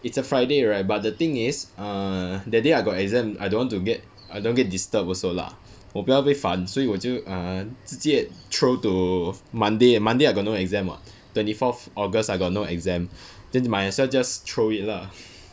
it's a friday right but the thing is uh that day I got exam I don't want to get I don't get disturbed also lah 我不要被烦所以我就直接 throw to monday monday I got no exam [what] or twenty fourth august I got no exam then might as well just throw it lah